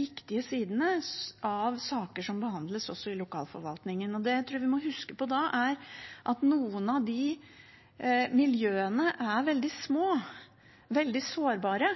viktige sidene av saker som også behandles i lokalforvaltningen. Det jeg tror vi må huske på da, er at noen av disse miljøene er veldig små, veldig sårbare,